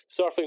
surfing